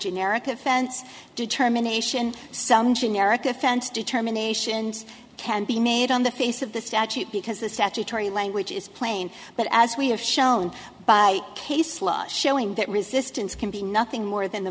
generic offense determination some generic offense determinations can be made on the face of the statute because the statutory language is plain but as we have shown by case law showing that resistance can be nothing more than